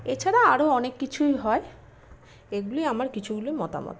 এছাড়া আরও অনেক কিছুই হয় এগুলি আমার কিছুগুলো মতামত